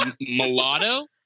mulatto